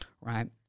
right